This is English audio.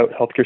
healthcare